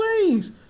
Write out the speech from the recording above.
ways